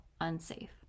unsafe